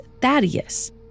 Thaddeus